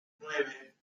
nueve